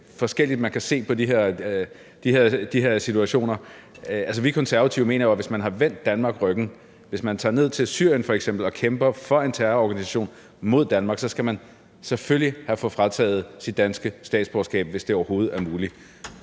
forskelligt man kan se på de her situationer. Vi Konservative mener jo, at hvis man har vendt Danmark ryggen, f. eks. hvis man tager ned til Syrien og kæmper for en terrororganisation mod Danmark, skal man selvfølgelig have frataget sit danske statsborgerskab, hvis det overhovedet er muligt,